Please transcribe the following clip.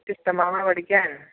ഇഷ്ടമാണോ പഠിക്കാൻ